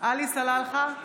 עלי סלאלחה,